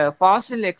fossil